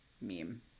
meme